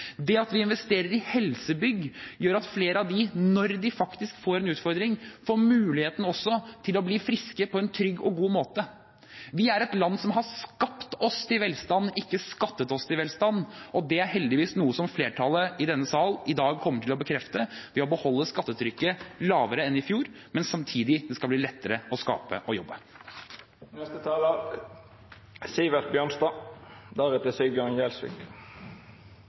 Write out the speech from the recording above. Det at vi investerer i helsebygg, gjør at flere, når de faktisk får en utfordring, får muligheten til å bli friske på en trygg og god måte. Vi er et land som har skapt oss til velstand, ikke skattet oss til velstand, og det er heldigvis noe som flertallet i denne sal i dag kommer til å bekrefte ved å beholde skattetrykket lavere enn i fjor, men samtidig skal det bli lettere å skape og